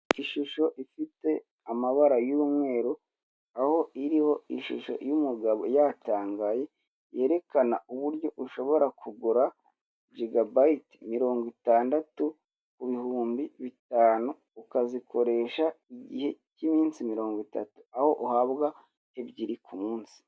Ishusho ifite amabara y'umweru, aho iriho ishusho y'umugabo yatangaye, yerekana uburyo ushobora kugura jigabayiti mirongo itandatu ku bihumbi bitanu, ukazikoresha mu gihe cy'iminsi mirongo itatu, aho uhabwa ebyiri ku munsi.